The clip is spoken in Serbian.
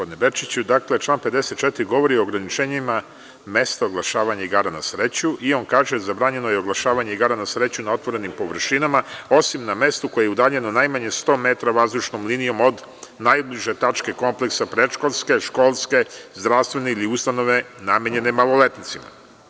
Dakle, član 54. govori o ograničenjima mesta oglašavanja igara na sreću i on kaže – zabranjeno je oglašavanje igara na sreću na otvorenim površinama, osim na mestu koje je udaljeno najmanje 100 metra vazdušnom linijom od najbliže tačke kompleksa predškolske, školske, zdravstvene ili ustanove namenjene maloletnicima.